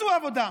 מצאו עבודה,